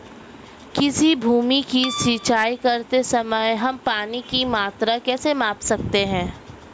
किसी भूमि की सिंचाई करते समय हम पानी की मात्रा कैसे माप सकते हैं?